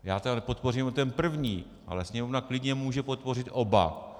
Já tedy podpořím jenom ten první, ale Sněmovna klidně může podpořit oba.